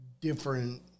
different